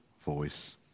voice